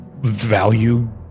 value